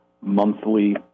monthly